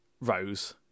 Rose